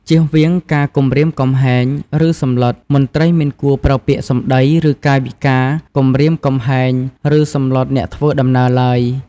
ចៀសវាងការគំរាមកំហែង ឬសម្លុត មន្ត្រីមិនគួរប្រើពាក្យសំដី ឬកាយវិការគំរាមកំហែង ឬសម្លុតអ្នកធ្វើដំណើរឡើយ។